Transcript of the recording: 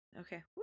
Okay